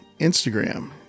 Instagram